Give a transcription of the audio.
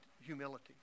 humility